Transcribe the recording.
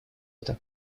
это